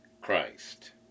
Christ